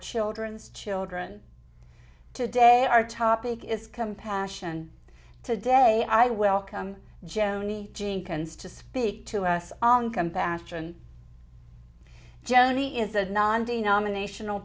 children's children today our topic is compassion today i welcome joni jenkins to speak to us on compassion jony is the non denominational